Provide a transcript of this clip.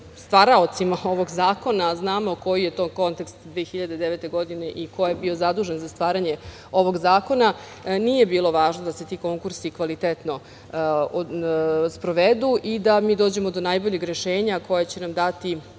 stvaraocima ovog zakona, znamo koji je to kontekst 2009. godine i ko je bio zadužen za stvaranje ovog zakona, nije bilo važno da se ti konkursi kvalitetno sprovedu i da mi dođemo do najboljeg rešenja koje će nam dati